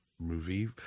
movie